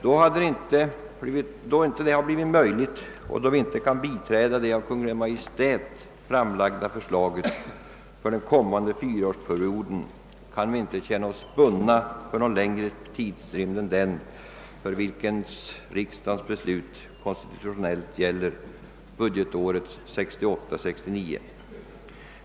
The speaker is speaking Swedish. Då så inte blivit möjligt och då vi inte kan biträda det av Kungl. Maj:t framlagda förslaget för den kommande. fyraårsperioden, kan vi inte känna oss bundna för längre tidrymd än den, för vilken riksdagens beslut konstitutionellt gäller, budgetåret 1968/69.